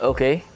Okay